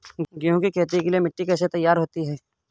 गेहूँ की खेती के लिए मिट्टी कैसे तैयार होती है?